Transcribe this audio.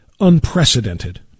unprecedented